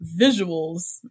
visuals